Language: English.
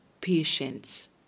patience